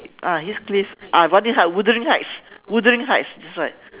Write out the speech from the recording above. ah heath cliff ah wuthering heights wuthering heights wuthering heights that's right